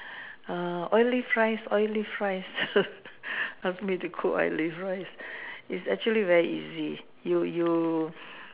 err Olive rice Olive rice ask me to cook Olive rice it's actually very easy you you